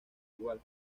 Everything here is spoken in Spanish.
igual